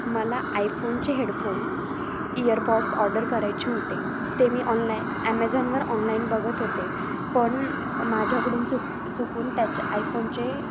मला आयफोनचे headphone EarPods order करायचे होते ते मी ऑनलाई ॲमेझॉनवर ऑनलाईन बघत होते पण माझ्याकडून चुक चुकून त्याचे आयफोनचे